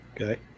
Okay